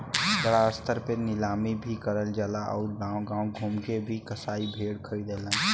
बड़ा स्तर पे नीलामी भी करल जाला आउर गांव गांव घूम के भी कसाई भेड़ खरीदलन